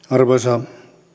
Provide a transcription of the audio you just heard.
arvoisa